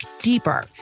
deeper